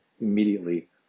immediately